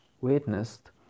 witnessed